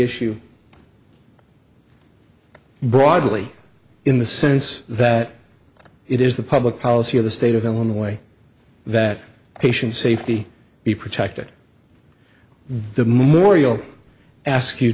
issue broadly in the sense that it is the public policy of the state of illinois that patient safety be protected the morial ask you